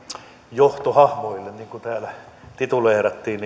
johtohahmoille niin kuin täällä tituleerattiin